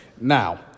Now